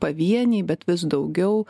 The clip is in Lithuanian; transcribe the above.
pavieniai bet vis daugiau